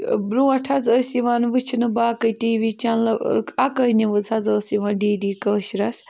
برٛونٛٹھ حظ ٲسۍ یِوان وٕچھنہٕ باقٕے ٹی وی چَنلہٕ اَکٲے نِوٕز حظ ٲس یِوان ڈی ڈی کٲشرَس